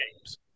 games